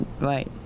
right